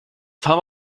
tom